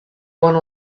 one